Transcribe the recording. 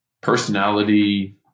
personality